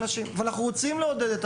ואנחנו רוצים לעודד.